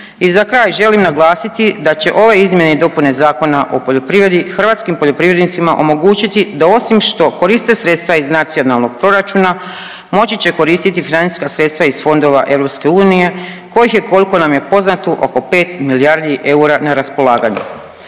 I za kraj želim naglasiti da će ove izmjene i dopune Zakona o poljoprivredi hrvatskim poljoprivrednicima omogućiti da osi što koriste sredstva iz nacionalnog proračuna moći će koristiti financijska sredstva iz fondova EU kojih je koliko nam je poznato oko 5 milijardi eura na raspolaganju.